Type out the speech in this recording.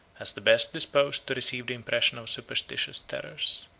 has the best disposed to receive the impression of superstitious terrors.